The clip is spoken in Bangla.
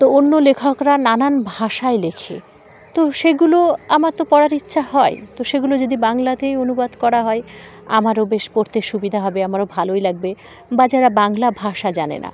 তো অন্য লেখকরা নানান ভাষায় লেখে তো সেগুলো আমার তো পড়ার ইচ্ছা হয় তো সেগুলো যদি বাংলাতেই অনুবাদ করা হয় আমারও বেশ পড়তে সুবিধা হবে আমারও ভালোই লাগবে বা যারা বাংলা ভাষা জানে না